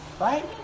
right